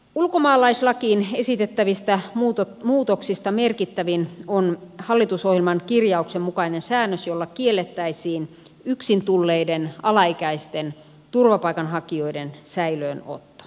ulkomaalaislakiin esitettävistä muutoksista merkittävin on hallitusohjelman kirjauksen mukainen säännös jolla kiellettäisiin yksin tulleiden alaikäisten turvapaikanhakijoiden säilöönotto